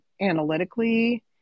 analytically